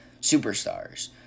superstars